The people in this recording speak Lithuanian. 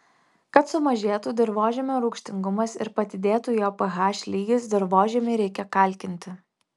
kad sumažėtų dirvožemio rūgštingumas ir padidėtų jo ph lygis dirvožemį reikia kalkinti